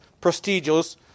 prestigious